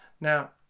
Now